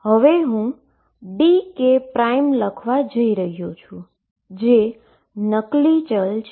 હવે હું dk લખવા જઇ રહ્યો છું તે નકલી ચલ છે